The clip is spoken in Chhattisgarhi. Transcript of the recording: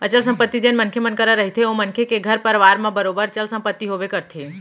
अचल संपत्ति जेन मनखे मन करा रहिथे ओ मनखे के घर परवार म बरोबर चल संपत्ति होबे करथे